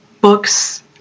books